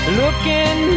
looking